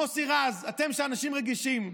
מוסי רז, אתם אנשים רגישים,